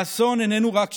האסון איננו רק שלנו,